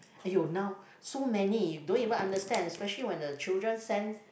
aiyoh now so many don't even understand especially when the children send